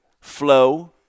flow